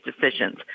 decisions